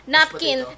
Napkin